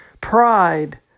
Pride